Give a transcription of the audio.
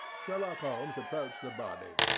sherlock holmes approached the body,